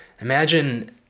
Imagine